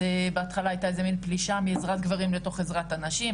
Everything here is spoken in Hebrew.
אז בהתחלה הייתה איזו מין פלישה מעזרת גברים לתוך עזרת הנשים,